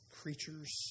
creatures